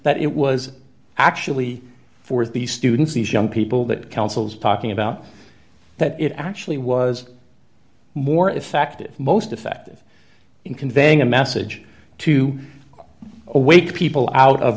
that it was actually for these students these young people that counsels talking about that it actually was more effective most effective in conveying a message to wake people out of